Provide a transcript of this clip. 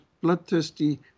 bloodthirsty